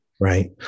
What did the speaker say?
Right